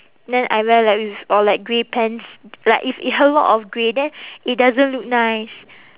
then I wear like with or like grey pants like if a lot of grey then it doesn't look nice